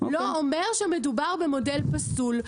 לא אומר שמדובר במודל פסול,